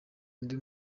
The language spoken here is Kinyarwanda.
undi